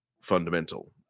fundamental